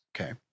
Okay